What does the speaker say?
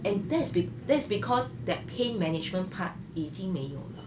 and that's that's because that pain management part 已经没有了